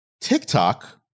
TikTok